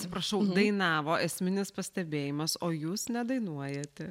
atsiprašau dainavo esminis pastebėjimas o jūs nedainuojate